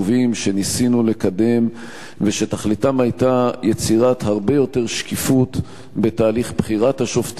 שניסינו לקדם ושתכליתם היתה יצירת הרבה יותר שקיפות בתהליך בחירת השופטים,